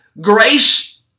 Grace